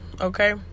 okay